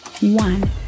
one